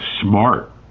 Smart